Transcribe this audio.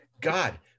god